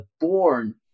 born